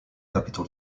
capitol